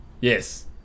Yes